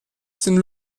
sind